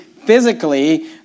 physically